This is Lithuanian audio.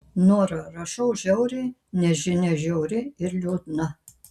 nora rašau žiauriai nes žinia žiauri ir liūdna